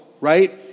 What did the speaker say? right